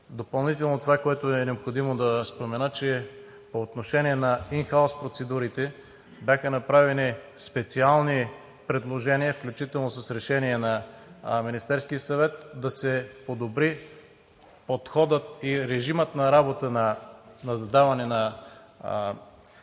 Допълнително това, което е необходимо да спомена, е, че по отношение на ин хаус процедурите бяха направени специални предложения, включително с решение на Министерския съвет, да се подобри подходът и режимът на работа на задаване на този тип процедури,